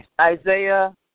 Isaiah